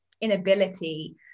inability